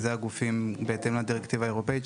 הגופים הם בהתאם לדירקטיבה האירופאית,